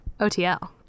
OTL